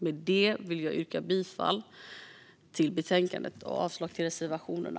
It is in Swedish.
Med detta yrkar jag bifall till utskottets förslag och avslag på reservationerna.